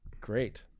great